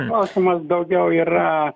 klausimas daugiau yra